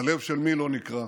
הלב של מי לא נקרע?